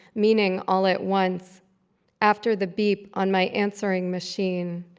meaning all at once after the beep on my answering machine.